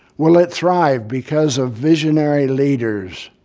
will it thrive because of visionary leaders?